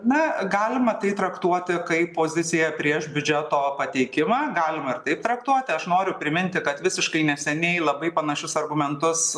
na galima tai traktuoti kaip poziciją prieš biudžeto pateikimą galima ir taip traktuoti aš noriu priminti kad visiškai neseniai labai panašius argumentus